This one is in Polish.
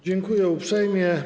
Dziękuję uprzejmie.